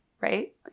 right